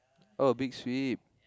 oh Big Sweep